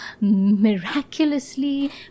miraculously